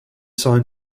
signed